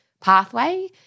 pathway